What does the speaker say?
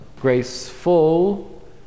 graceful